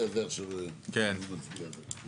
(היו"ר יוראי להב הרצנו)